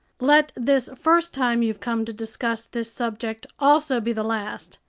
let this first time you've come to discuss this subject also be the last,